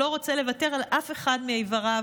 שלא רוצה לוותר על אף אחד מאיבריו,